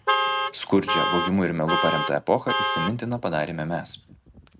skurdžią vogimu ir melu paremtą epochą įsimintina padarėme mes